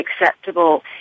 acceptable